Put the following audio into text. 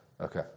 Okay